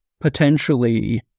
potentially